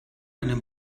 eine